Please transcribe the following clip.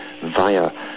via